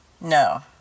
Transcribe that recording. No